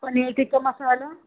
paneer tikka مسالہ